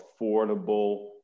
affordable